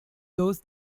those